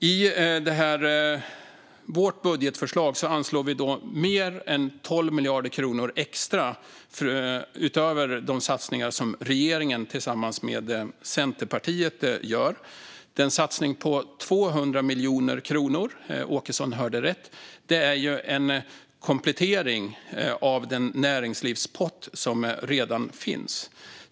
I vårt budgetförslag anslår vi mer än 12 miljarder kronor extra utöver de satsningar som regeringen tillsammans med Centerpartiet gör. Det är en satsning på 200 miljoner kronor - Åkesson hörde rätt - en komplettering av den näringslivspott som redan finns.